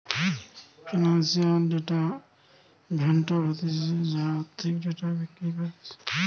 financial data vendor হতিছে যারা আর্থিক ডেটা বিক্রি করতিছে